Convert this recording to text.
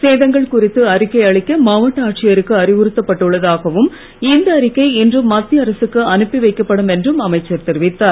சேதங்கள் குறித்து அறிக்கை அளிக்க மாவட்ட ஆட்சியருக்கு அறிவுறுத்தப்பட்டு உள்ளதாகவும் இந்த அறிகை இன்று மத்திய அரசுக்கு அனுப்பி வைக்கப்படும் என்றும் அமைச்சர் தெரிவித்தார்